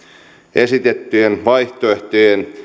esitettyjen vaihtoehtojen